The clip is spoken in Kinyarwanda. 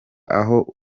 aho